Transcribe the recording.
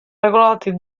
regolati